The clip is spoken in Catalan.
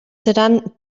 seran